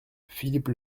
philippe